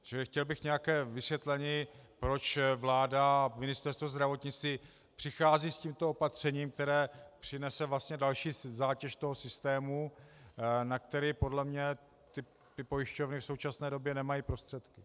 Čili chtěl bych nějaké vysvětlení, proč vláda, Ministerstvo zdravotnictví přichází s tímto opatřením, které přinese vlastně další zátěž toho systému, na který podle mě pojišťovny v současné době nemají prostředky.